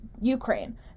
Ukraine